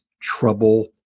trouble